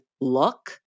look